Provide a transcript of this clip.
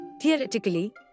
Theoretically